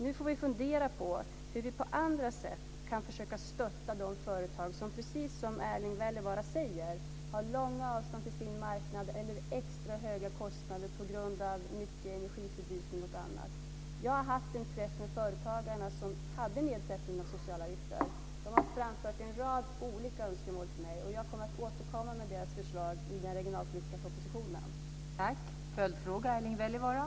Nu får vi fundera på hur vi på andra sätt kan försöka stötta de företag som precis som Erling Wälivaara säger har långa avstånd till sin marknad eller extra höga kostnader på grund av mycket energiförbrukning och annat. Jag har haft en träff med företagarna som hade nedsättning av socialavgifter. De har framfört en rad olika önskemål till mig. Jag kommer att återkomma till deras förslag i den regionalpolitiska propositionen.